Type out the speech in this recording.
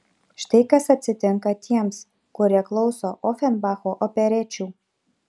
štai kas atsitinka tiems kurie klauso ofenbacho operečių